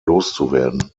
loszuwerden